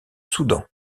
soudan